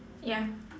ya